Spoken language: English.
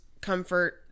comfort